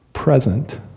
present